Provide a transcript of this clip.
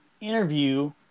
interview